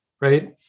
right